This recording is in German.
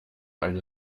eine